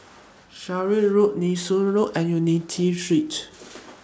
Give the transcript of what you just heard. Sarkies Road Nee Soon Road and Unity Street